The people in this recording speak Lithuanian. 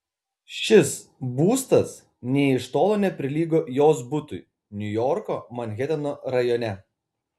šis būstas nė iš tolo neprilygo jos butui niujorko manheteno rajone